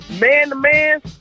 man-to-man